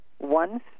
One